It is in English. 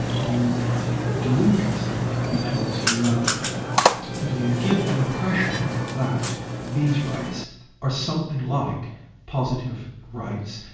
you delude yourself, because you you give the impression that these rights are something like positive rights,